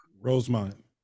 Rosemont